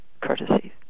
courtesy